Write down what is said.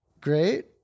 great